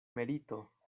merito